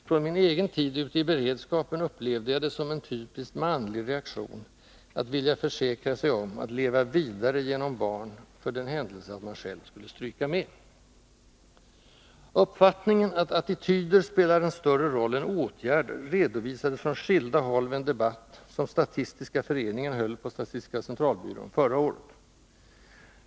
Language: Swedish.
Från min egen tid ute i ”beredskapen” upplevde jag det som en typiskt manlig reaktion att vilja försäkra sig om att leva vidare genom barn, för den händelse man själv skulle stryka med. Uppfattningen att attityder spelar en större roll än åtgärder redovisades från skilda håll vid en debatt som Statistiska föreningen höll på SCB förra året.